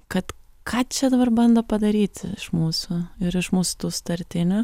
kad ką čia dabar bando padaryt iš mūsų ir iš mūsų tų sutartinių